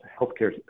healthcare